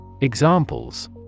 Examples